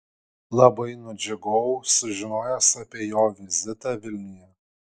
labai nudžiugau sužinojęs apie jo vizitą vilniuje